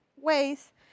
ways